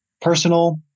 personal